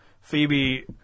Phoebe